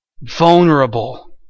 vulnerable